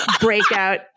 breakout